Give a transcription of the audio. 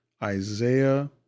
Isaiah